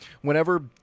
whenever